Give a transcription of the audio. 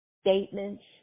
statements